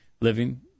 living